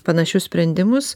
panašius sprendimus